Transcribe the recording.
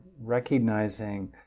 recognizing